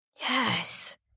Yes